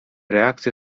reakcje